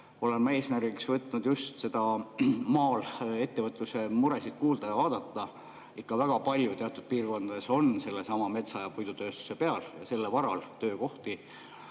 olen ma eesmärgiks võtnud just seda maal ettevõtluse muresid kuulda ja vaadata, ikka väga palju on teatud piirkondades sellesama metsa- ja puidutööstuse varal töökohti.